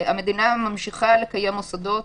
המדינה ממשיכה לקיים מוסדות